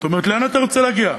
זאת אומרת, לאן אתה רוצה להגיע?